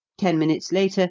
ten minutes later,